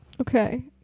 Okay